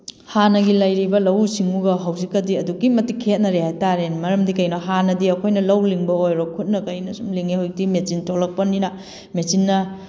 ꯍꯥꯟꯅ ꯂꯩꯔꯤꯕ ꯂꯧꯎ ꯁꯤꯡꯎꯒ ꯍꯧꯖꯤꯛꯀꯗꯤ ꯑꯗꯨꯛꯀꯤ ꯃꯇꯤꯛ ꯈꯦꯠꯅꯔꯦ ꯍꯥꯏ ꯇꯥꯔꯦ ꯃꯔꯝꯗꯤ ꯀꯩꯒꯤꯅꯣ ꯍꯥꯟꯅꯗꯤ ꯑꯩꯈꯣꯏꯅ ꯂꯧ ꯂꯤꯡꯕ ꯑꯣꯏꯔꯣ ꯈꯨꯠꯅ ꯀꯩꯅ ꯁꯨꯝ ꯂꯤꯡꯉꯤ ꯍꯧꯖꯤꯛꯇꯤ ꯃꯦꯆꯤꯟ ꯊꯣꯛꯂꯛꯄꯅꯤꯅ ꯃꯦꯆꯤꯟꯅ